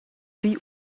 die